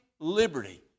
Liberty